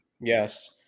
Yes